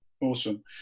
Awesome